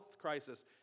crisis